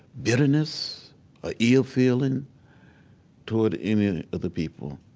bitterness or ill feeling toward any of the people.